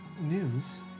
News